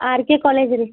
R K college ರೀ